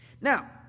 Now